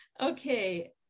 Okay